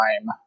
time